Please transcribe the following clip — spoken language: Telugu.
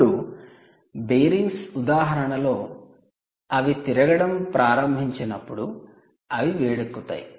ఇప్పుడు 'బేరింగ్స్' ఉదాహరణలో అవి తిరగడం ప్రారంభించినప్పుడు అవి వేడెక్కుతాయి